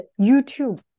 YouTube